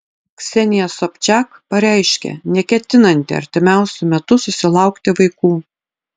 ksenija sobčiak pareiškė neketinanti artimiausiu metu susilaukti vaikų